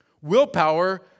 Willpower